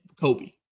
Kobe